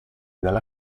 dalla